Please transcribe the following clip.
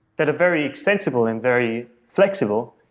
that a very extensible and very flexible,